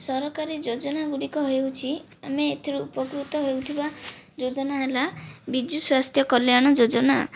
ସରକାରୀ ଯୋଜନାଗୁଡ଼ିକ ହେଉଛି ଆମେ ଏଥିରୁ ଉପକୃତ ହେଉଥିବା ଯୋଜନା ହେଲା ବିଜୁ ସ୍ୱାସ୍ଥ୍ୟ କଲ୍ୟାଣ ଯୋଜନା